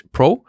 Pro